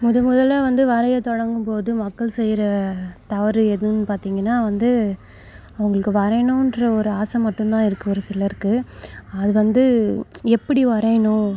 முதன் முதலில் வந்து வரைய தொடங்கும்போது மக்கள் செய்கிற தவறு எதுன்னு பார்த்தீங்கனா வந்து உங்களுக்கு வரையணுன்ற ஒரு ஆசை மட்டும்தான் இருக்குது ஒரு சிலருக்கு அது வந்து எப்படி வரையணும்